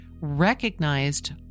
recognized